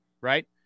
right